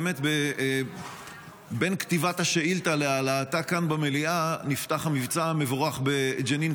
בין כתיבת השאילתה להעלאתה כאן במליאה נפתח המבצע המבורך בג'נין,